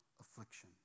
affliction